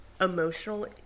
emotional